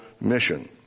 Mission